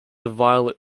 violet